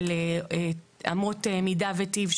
של אמות מידה וטיב,